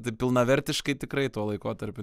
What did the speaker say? tai pilnavertiškai tikrai tuo laikotarpiu